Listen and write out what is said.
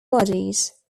bodies